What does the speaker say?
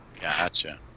Gotcha